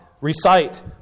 recite